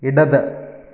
ഇടത്